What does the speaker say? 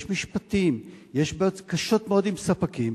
יש משפטים, יש בעיות קשות מאוד עם ספקים.